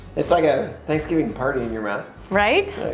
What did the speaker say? it's like a thanksgiving party in your mouth. right?